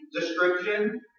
description